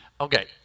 Okay